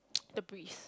the breeze